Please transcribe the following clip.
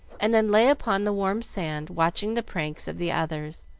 and then lay upon the warm sand watching the pranks of the others,